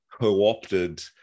co-opted